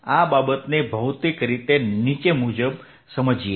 આ બાબતને ભૌતિક રીતે નીચે મુજબ સમજીએ